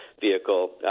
vehicle